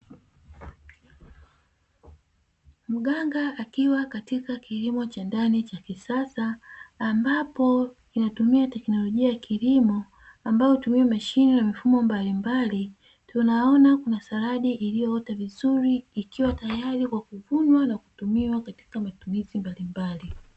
Mganga akiwa katika kilimo cha ndani cha kisasa, ambapo kinakutumia teknolojia ya kilimo ambayo hutumia mashine na mifumo mbalimbali, tunaona kuna saladi iliyoota vizuri ikiwa tayari kwa kuvunwa na kutumiwa katika matumizi mbalimbali.